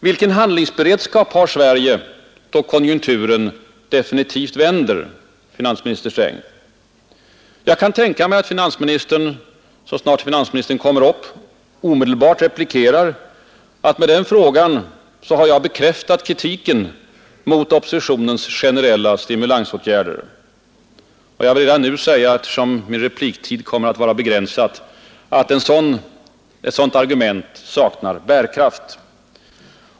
Vilken handlingsberedskap har Sverige då konjunkturen definitivt vänder, finansminister Sträng? Jag kan tänka mig att finansministern så snart han kommer upp omedelbart replikerar, att med den frågan har jag bekräftat kritiken mot oppositionens generella stimulansåtgärder. Jag vill redan nu säga, eftersom min repliktid kommer att vara begränsad, att ett sådant argument saknar bärkraft.